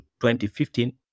2015